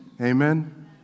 Amen